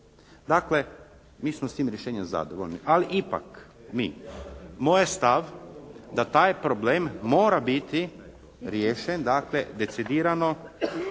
Dakle mi smo s tim rješenjem zadovoljni. Ali ipak mi, moj je stav da taj problem mora biti riješen dakle decidirano